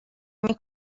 نمی